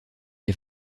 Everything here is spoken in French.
les